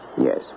Yes